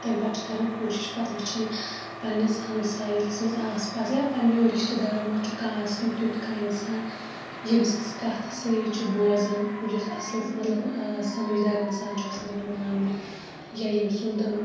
تمہِ پَتہٕ چھِ کَران کوٗشِش پَتہٕ وٕچھان پَننِس ہَمسایَتَس مَنٛز آس پاس یا پَننیٚو رِشتہٕ دارَو مَنٛزچھُ کانٛہہ آسان تیُتھ کانٛہہ اِنسان ییٚمۍ سٕنٛز کَتھ سٲری چھِ بوزان یُس اَصل مَطلَب سَمجدار اِنسان چھُ آسان یِوان ماننہٕ یا ییٚمۍ سُنٛد